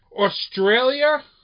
Australia